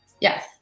Yes